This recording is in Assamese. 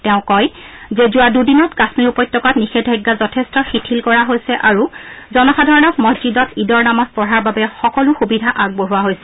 তেওঁ কয় যে যোৱা দুদিনত কাশ্মীৰ উপত্যকাত নিষেধাজ্ঞা যথেষ্ট শিথিল কৰা হৈছে আৰু জনসাধাৰণক মছজিদত ঈদৰ নামাজ পঢ়াৰ বাবে সকলো সুবিধা আগবঢ়োৱা হৈছে